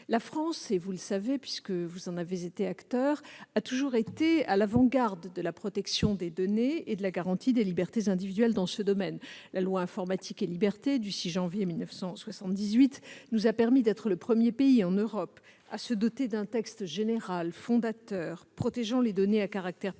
La France, vous le savez puisque vous avez été des acteurs dans ce domaine, a toujours été à l'avant-garde de la protection des données et de la garantie des libertés individuelles dans ce domaine. La loi Informatique et libertés du 6 janvier 1978 nous a permis d'être le premier pays en Europe à se doter d'un texte général, fondateur, protégeant les données à caractère personnel.